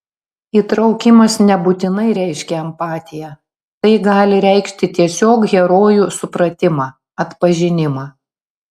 įtraukimas nebūtinai reiškia empatiją tai gali reikšti tiesiog herojų supratimą atpažinimą